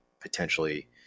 potentially